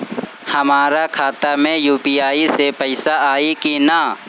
हमारा खाता मे यू.पी.आई से पईसा आई कि ना?